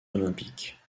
olympiques